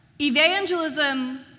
Evangelism